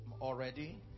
already